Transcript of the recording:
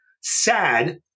sad